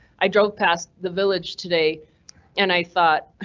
i drove past the village today and i thought